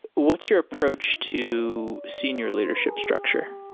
what's your approach to senior leadership structure?